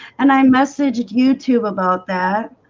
and i messaged youtube about that